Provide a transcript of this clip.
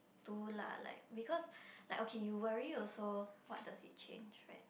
too lah like because like okay you worry also what does it change right